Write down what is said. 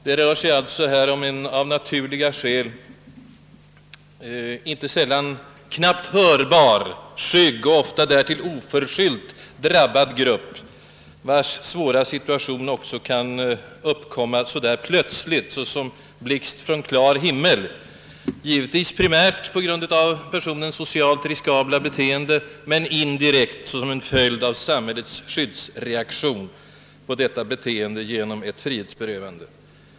Det rör sig alltså om en av naturliga skäl inte sällan knappt hörbar, skygg och ofta därtill oförskyllt drabbad grupp, vars svåra situation också kan uppkomma så där plötsligt som en blixt från klar himmel, givetvis primärt på grund av personens socialt riskabla be teende men indirekt såsom en följd av samhällets skyddsreaktion mot detta i form av ett frihetsberövande.